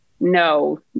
No